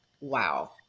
Wow